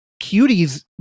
Cuties